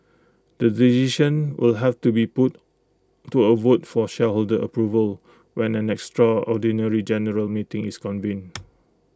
the decision will have to be put to A vote for shareholder approval when an extraordinary general meeting is convened